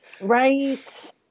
right